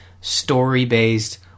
story-based